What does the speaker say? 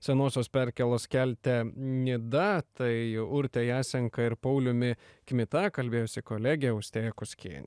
senosios perkėlos kelte nida tai urte jasenka ir pauliumi kmita kalbėjosi kolegė austėja kuskien